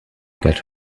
get